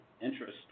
Interest